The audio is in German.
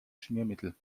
schmiermittel